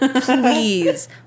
please